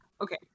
Okay